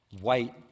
White